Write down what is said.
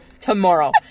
Tomorrow